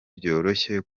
byoroshye